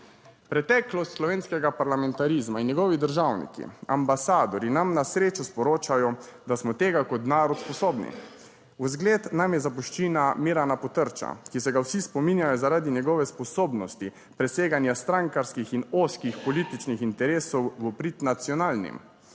Preteklost slovenskega parlamentarizma in njegovi državniki, ambasadorji nam na srečo sporočajo, da smo tega kot narod sposobni. Vzgled nam je zapuščina Mirana Potrča, ki se ga vsi spominjajo zaradi njegove sposobnosti preseganja strankarskih in ozkih političnih interesov v prid nacionalnim.